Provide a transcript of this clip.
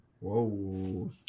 Whoa